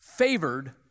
favored